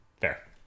Fair